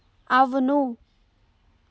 అవును